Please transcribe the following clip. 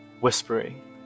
whispering